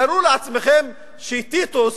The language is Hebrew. תארו לעצמכם שטיטוס,